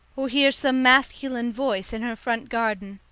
or hear some masculine voice in her front garden.